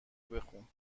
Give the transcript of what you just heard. بخون